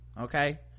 okay